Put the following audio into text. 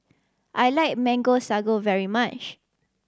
I like Mango Sago very much